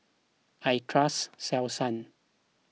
I trust Selsun